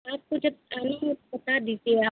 आपको जब आना हो बता दीजिए आप